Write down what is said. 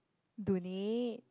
donate